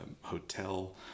hotel